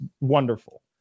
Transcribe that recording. wonderful